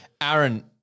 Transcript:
Aaron